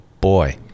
boy